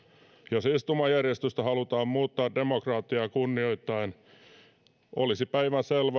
jos istumajärjestystä halutaan muuttaa demokratiaa kunnioittaen olisi päivänselvää